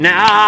Now